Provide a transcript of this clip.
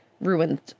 ruined